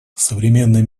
современный